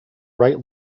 right